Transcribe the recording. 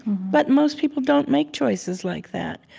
but most people don't make choices like that.